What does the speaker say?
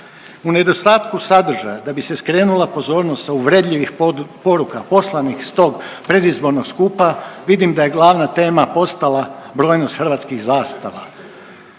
U nedostatku sadržaja da bi se skrenula pozornost sa uvredljivih poruka poslanih sa tog predizbornog skupa vidim da je glavna tema postala brojnost hrvatskih zastava.